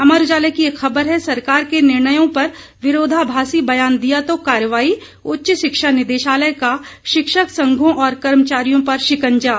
अमर उजाला की एक खबर है सरकार के निर्णयों पर विरोधाभासी ब्यान दिया तो कार्रवाही उच्च शिक्षा निदेशालय का शिक्षक संघों और कर्मचारियों पर शिंकजा